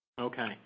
Okay